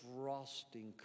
frosting